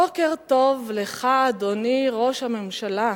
בוקר טוב לך, אדוני ראש הממשלה,